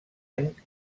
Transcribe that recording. any